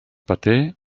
paté